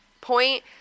point